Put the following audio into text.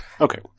Okay